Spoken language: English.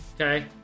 Okay